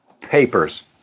papers